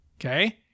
Okay